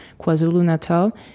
KwaZulu-Natal